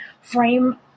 frame